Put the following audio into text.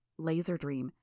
Laserdream